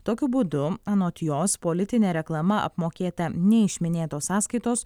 tokiu būdu anot jos politinė reklama apmokėta ne iš minėtos sąskaitos